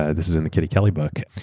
yeah this is in the kitty kelly book.